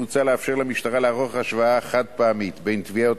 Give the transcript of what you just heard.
מוצע לאפשר למשטרה לערוך השוואה חד-פעמית בין טביעות